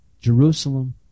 Jerusalem